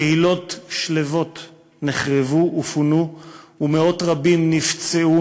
קהילות שלוות נחרבו ופונו ומאות נפצעו,